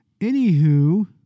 Anywho